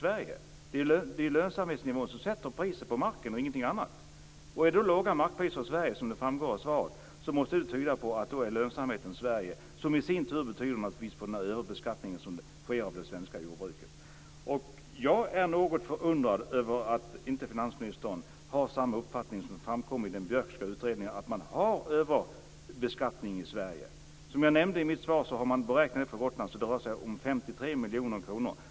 Det är ju lönsamhetsnivån, ingenting annat, som sätter priset på marken. Om det då är låga markpriser i Sverige - vilket framgår av svaret - måste det tyda på att lönsamheten i Sverige är därefter och att den i sin tur beror på överbeskattningen av det svenska jordbruket. Jag är något förundrad över att finansministern inte har samma uppfattning som den som framkommer i den Björkska utredningen, nämligen att man i Sverige har en överbeskattning. Som nämnts har man för Gotlands del beräknat att det rör sig om 53 miljoner kronor.